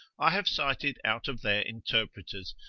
i have cited out of their interpreters,